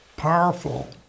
powerful